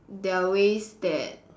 there are ways that